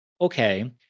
okay